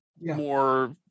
more